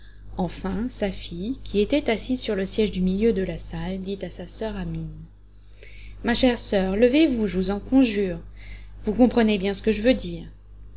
enfin safie qui était assise sur le siège au milieu de la salle dit à sa soeur amine ma chère soeur levez-vous je vous en conjure vous comprenez bien ce que je veux dire